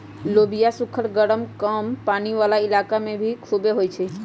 लोबिया सुखल गरम कम पानी वाला इलाका में भी खुबे होई छई